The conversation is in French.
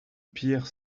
pire